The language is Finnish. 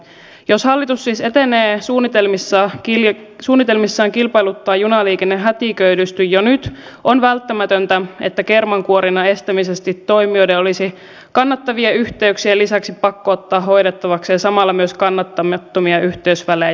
jos hallitus siis etenee suunnitelmissaan kilpailuttaa junaliikenne hätiköidysti jo nyt on välttämätöntä että kermankuorinnan estämiseksi toimijoiden olisi kannattavien yhteyksien lisäksi pakko ottaa hoidettavakseen samalla myös kannattamattomia yhteysvälejä